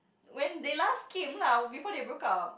when they last came lah before they broke up